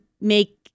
make